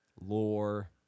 lore